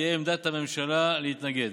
תהיה עמדת הממשלה להתנגד.